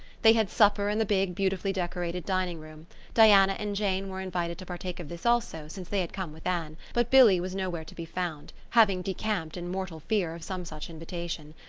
they had supper in the big, beautifully decorated dining room diana and jane were invited to partake of this, also, since they had come with anne, but billy was nowhere to be found, having decamped in mortal fear of some such invitation.